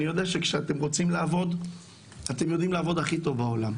אני יודע שכשאתם רוצים לעבוד אתם יודעים לעבוד הכי טוב בעולם.